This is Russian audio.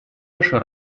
наша